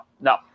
no